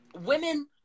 women